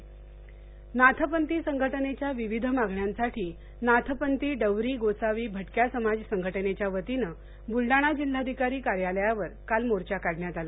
नायपंयी नाथपंथी संघटनेच्या विविध मागण्यांसाठी नाथपंती डवरी गोसावी भटक्या समाज संघटनेच्या वतीने बुलडाणा जिल्हाधिकारी कार्यालयावर काल मोर्चा काढण्यात याला